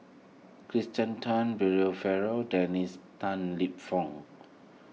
Kirsten Tan Brian Farrell Dennis Tan Lip Fong